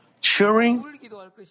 cheering